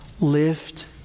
lift